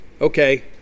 Okay